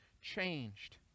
changed